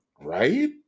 Right